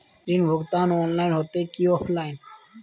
ऋण भुगतान ऑनलाइन होते की ऑफलाइन?